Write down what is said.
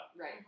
Right